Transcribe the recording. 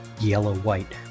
yellow-white